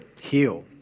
heal